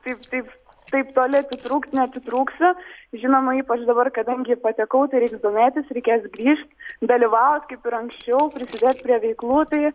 taip taip taip toli atitrūkt neatitrūksta žinoma ypač dabar kadangi patekau reikės domėtis reikės grįžt dalyvaut kaip ir anksčiau prisidėt prie veiklų tai